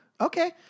Okay